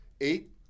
eight